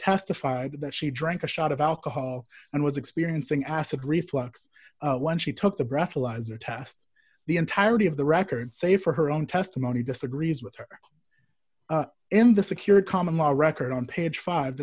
testified that she drank a shot of alcohol and was experiencing acid reflux when she took the breathalyzer test the entirety of the record say for her own testimony disagrees with her in the secure common law record on page five t